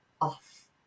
off